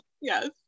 yes